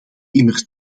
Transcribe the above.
immers